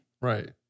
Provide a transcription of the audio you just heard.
Right